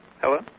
Hello